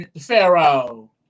Pharaoh